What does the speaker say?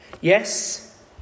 Yes